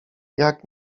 jak